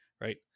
right